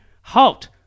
Halt